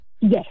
Yes